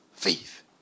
Faith